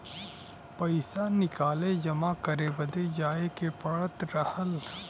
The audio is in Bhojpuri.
पइसा निकाले जमा करे बदे जाए के पड़त रहल